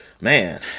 Man